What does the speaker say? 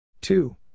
Two